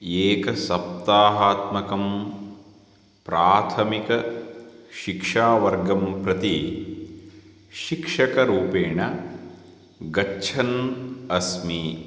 एकसप्ताहात्मकं प्राथमिक शिक्षावर्गं प्रति शिक्षकरूपेण गच्छन् अस्मि